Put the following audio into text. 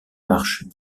marches